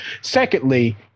Secondly